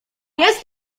jest